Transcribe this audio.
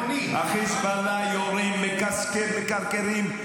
נתתם לחיזבאללה, תתביישו לכם.